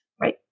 right